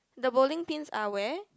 the bowling pins are where